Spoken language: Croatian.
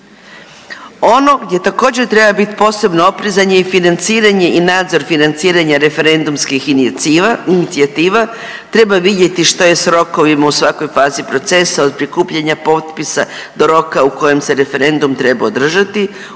Ono gdje također treba bit posebno oprezan je i financiranje i nadzor financiranja referendumskih inicijativa, treba vidjeti što je s rokovima u svakoj fazi procesa od prikupljanja potpisa do roka u kojem se referendum treba održati,